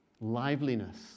liveliness